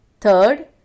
third